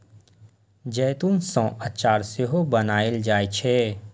जैतून सं अचार सेहो बनाएल जाइ छै